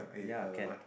ya can